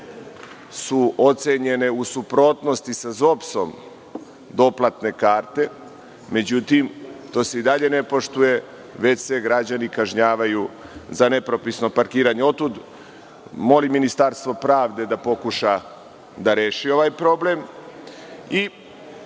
su ocenjene u suprotnosti sa ZOPS doplatne karte. Međutim, to se i dalje ne poštuje, već se građani kažnjavaju za nepropisno parkiranje. Molim Ministarstvo pravde da pokuša da reši ovaj problem.U